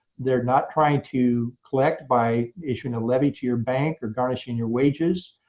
they're not trying to collect by issuing a levy to your bank or garnishing your wages.